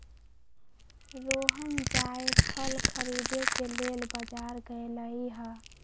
रोहण जाएफल खरीदे के लेल बजार गेलई ह